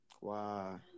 Wow